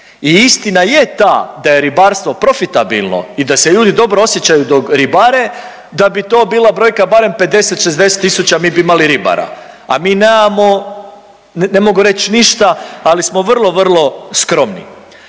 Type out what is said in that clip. i istina je ta da je ribarstvo profitabilno i da se ljudi dobro osjećaju dok ribare da bi to bila brojka barem 50, 60 tisuća mi bi imali ribara, a mi nemamo, ne mogu reći ništa, ali smo vrlo, vrlo skromni.